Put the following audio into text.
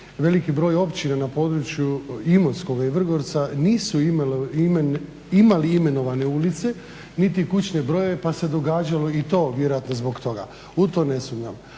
veliki broj općina na području Imotskoga i Vrgorca nisu imali imenovane ulice niti kućne brojeve pa se događalo i to vjerojatno zbog toga. U to ne sumnjam.